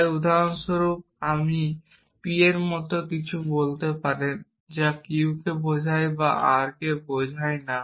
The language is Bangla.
তাই উদাহরণস্বরূপ আপনি p এর মতো কিছু বলতে পারেন যা q বোঝায় বা r বোঝায় না